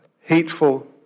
hateful